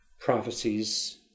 Prophecies